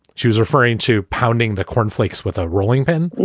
she was referring to pounding the corn flakes with a rolling pin